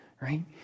right